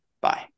Bye